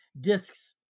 discs